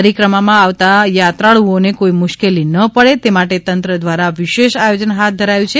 પરિક્રમામાં આવતા યાત્રાળુઓ ને કોઈ મુશ્કેલી ના પડે તે માટે તંત્ર દ્વારા વિશેષ આયોજન હાથ ધરાયું છે